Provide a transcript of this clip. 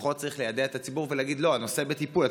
לפחות צריך ליידע את הציבור ולהגיד: הנושא בטיפול,